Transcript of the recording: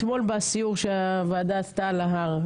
אתמול בסיור שהוועדה עשתה על ההר,